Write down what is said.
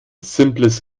simples